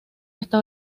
está